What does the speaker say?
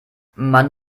man